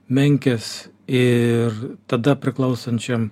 menkes ir tada priklausančiam